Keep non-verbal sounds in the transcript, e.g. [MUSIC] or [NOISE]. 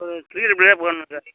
ஒரு த்ரீ [UNINTELLIGIBLE] போடணும் சார்